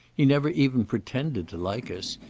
he never even pretended to like us.